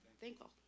thankful